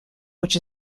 which